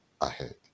ahead